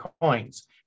coins